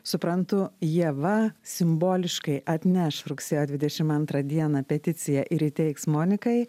suprantu ieva simboliškai atneš rugsėjo dvidešim antrą dieną peticiją ir įteiks monikai